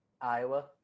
iowa